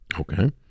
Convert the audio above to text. Okay